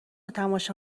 تماشا